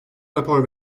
rapor